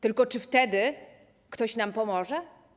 Tylko czy wtedy ktoś nam pomoże?